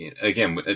again